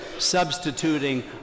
substituting